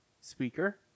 speaker